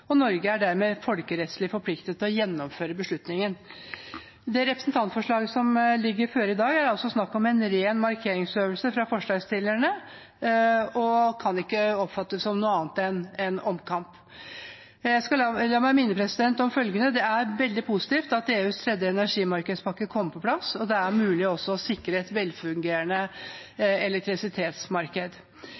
dermed folkerettslig forpliktet til å gjennomføre beslutningen. Det representantforslaget som foreligger i dag, er altså en ren markeringsøvelse fra forslagsstillerne og kan ikke oppfattes som noe annet enn en omkamp. La meg minne om følgende: Det er veldig positivt at EUs tredje energimarkedspakke kommer på plass, og at det er mulig å sikre et velfungerende elektrisitetsmarked.